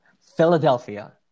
Philadelphia